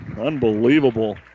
Unbelievable